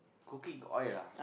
cooking got oil ah